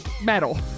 Metal